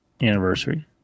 anniversary